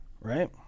right